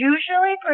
Usually